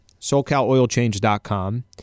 socaloilchange.com